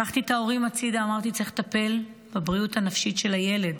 לקחתי את ההורים הצידה ואמרתי: צריך לטפל בבריאות הנפשית של הילד.